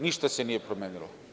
Ništa se nije promenilo.